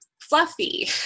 fluffy